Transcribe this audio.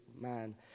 man